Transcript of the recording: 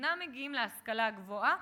אינם מגיעים להשכלה הגבוהה,